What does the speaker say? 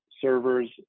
servers